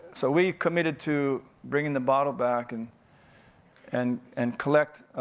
so we committed to bringing the bottle back, and and and collect